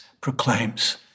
proclaims